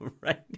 right